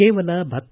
ಕೇವಲ ಭತ್ತ